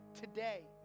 today